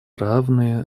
равные